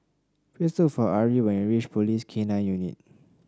please look for Arie when you reach Police K Nine Unit